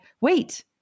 wait